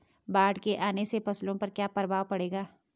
बाढ़ के आने से फसलों पर क्या प्रभाव पड़ेगा?